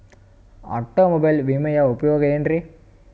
Automobile ವಿಮೆಯ ಉಪಯೋಗ ಏನ್ರೀ?